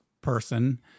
person